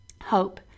Hope